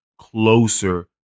closer